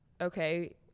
okay